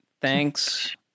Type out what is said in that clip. thanks